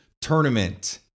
tournament